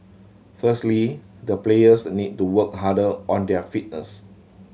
firstly the players need to work harder on their fitness